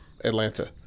Atlanta